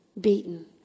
beaten